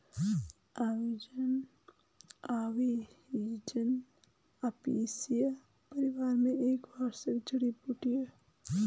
अजवाइन अपियासी परिवार में एक वार्षिक जड़ी बूटी है